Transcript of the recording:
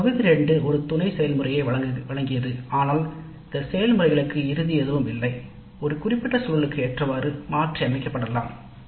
மற்றும் தொகுதி 2 துணை செயல்முறைகளின் ஒரு தொகுப்பை வழங்கியது ஆனால் இந்த செயல்முறைகளுக்கு இறுதி எதுவும் இல்லை குறிப்பிட்ட சூழலுக்கு ஏற்றவாறு மாற்றப்படலாம்